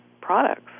products